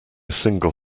single